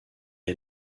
est